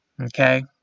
Okay